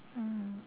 mm